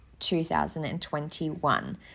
2021